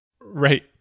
Right